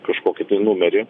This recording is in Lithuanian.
kažkokį tai numerį